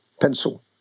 pencil